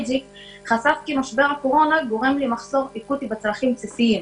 --- חשף כי משבר הקורונה גורם למחסור אקוטי בצרכים בסיסיים.